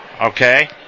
Okay